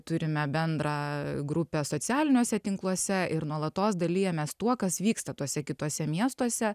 turime bendrą grupes socialiniuose tinkluose ir nuolatos dalijamės tuo kas vyksta tuose kituose miestuose